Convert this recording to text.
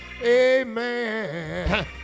amen